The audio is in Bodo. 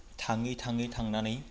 थाङै थाङै थांनानै